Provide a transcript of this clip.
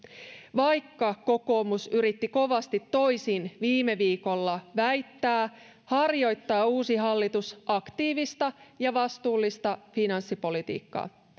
vaikka kokoomus yritti kovasti toisin viime viikolla väittää harjoittaa uusi hallitus aktiivista ja vastuullista finanssipolitiikkaa